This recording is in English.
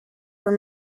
were